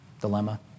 dilemma